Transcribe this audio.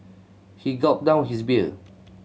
he gulped down his beer